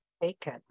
bacon